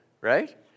right